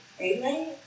Amen